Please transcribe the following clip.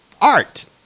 art